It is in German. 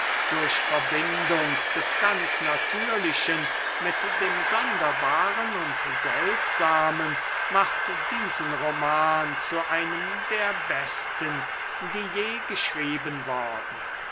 durch verbindung des ganz natürlichen mit dem sonderbaren und seltsamen macht diesen roman zu einem der besten die je geschrieben worden